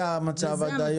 זה המצב עד היום.